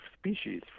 species